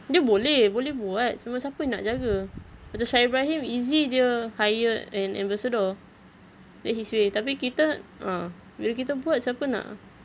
dia boleh buat cuma siapa nak jaga macam shah ibrahim easy dia hire an ambassador that's his way tapi kita ah bila kita buat siap nak